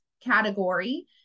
category